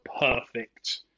perfect